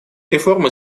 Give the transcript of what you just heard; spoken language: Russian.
реформы